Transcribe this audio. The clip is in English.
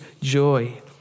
joy